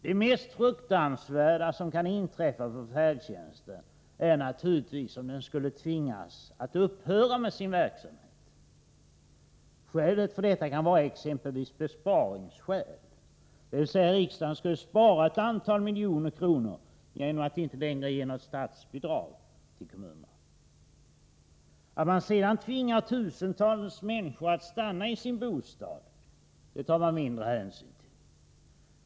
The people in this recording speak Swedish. Det mest fruktansvärda som kan inträffa för färdtjänsten är naturligtvis om den skulle tvingas att upphöra med sin verksamhet. Skälet för detta kan vara exempelvis besparingsiver, dvs. riksdagen skulle spara ett antal miljoner kronor genom att inte längre ge något statsbidrag till kommunerna. Att man sedan tvingar tusentals människor att stanna i sin bostad tar man mindre hänsyn till.